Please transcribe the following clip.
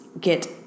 get